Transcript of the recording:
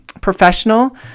professional